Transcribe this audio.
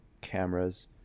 cameras